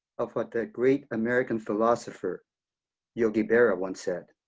of what the great american philosopher yogi berra once said.